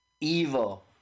Evil